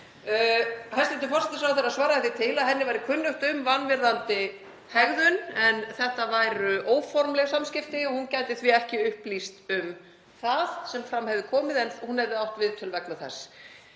Hæstv. forsætisráðherra svaraði því til að henni væri kunnugt um vanvirðandi hegðun en þetta væru óformleg samskipti, hún gæti því ekki upplýst um það sem fram hefur komið en hún hefði átt viðtöl vegna þess.